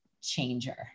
changer